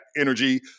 energy